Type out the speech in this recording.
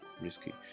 risky